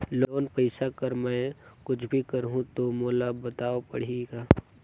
Loan पइसा कर मै कुछ भी करहु तो मोला बताव पड़ही का?